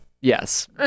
Yes